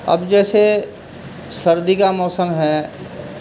اب جیسے سردی کا موسم ہے